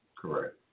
Correct